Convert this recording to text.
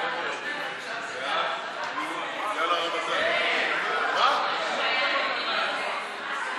ההצעה להעביר את הצעת חוק הגז